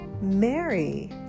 Mary